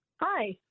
Hi